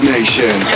Nation